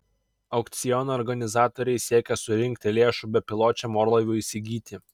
aukciono organizatoriai siekia surinkti lėšų bepiločiam orlaiviui įsigyti